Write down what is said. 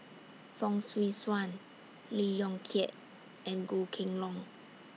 Fong Swee Suan Lee Yong Kiat and Goh Kheng Long